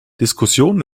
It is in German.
diskussionen